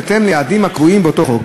בהתאם ליעדים הקבועים באותו חוק.